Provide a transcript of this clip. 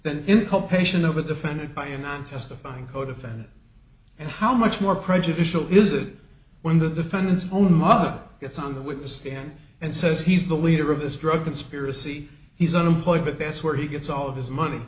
income patients over defended by and i'm testifying codefendant and how much more prejudicial is it when the defendant's own mother gets on the witness stand and says he's the leader of this drug conspiracy he's unemployed but that's where he gets all of his money